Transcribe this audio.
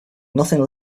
nothing